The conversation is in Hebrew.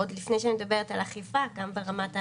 בטח כשאנחנו לא בתחלואה שהולכת ועולה,